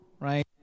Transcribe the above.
right